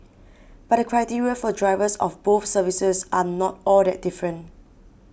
but the criteria for drivers of both services are not all that different